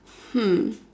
hmm